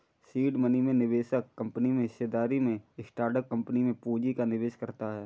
seed money में निवेशक company में हिस्सेदारी में स्टार्टअप कंपनी में पूंजी का निवेश करता है